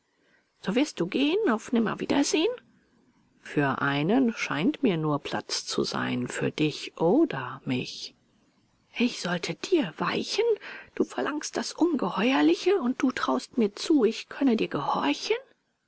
so wirst du gehen auf nimmerwiedersehen für einen scheint mir nur platz zu sein für dich oder mich ich sollte dir weichen du verlangst das ungeheuerliche und du traust mir zu ich könnte dir gehorchen